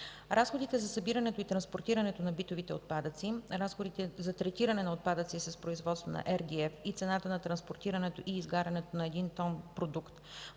Разходите за събирането и транспортирането на битовите отпадъци, разходите за третиране на отпадъци с производство на RGF и цената на транспортирането и изгарянето на един тон продукт,